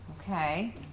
okay